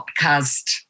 podcast